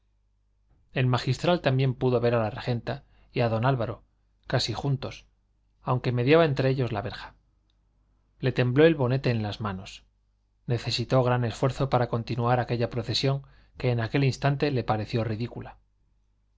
el magistral también pudo ver a la regenta y a don álvaro casi juntos aunque mediaba entre ellos la verja le tembló el bonete en las manos necesitó gran esfuerzo para continuar aquella procesión que en aquel instante le pareció ridícula